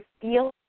feel